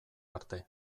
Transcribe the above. arte